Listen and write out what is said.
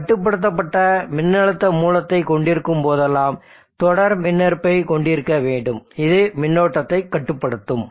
எனவே கட்டுப்படுத்தப்பட்ட மின்னழுத்த மூலத்தைக் கொண்டிருக்கும்போதெல்லாம் தொடர் மின்மறுப்பைக் கொண்டிருக்க வேண்டும் இது மின்னோட்டத்தைக் கட்டுப்படுத்தும்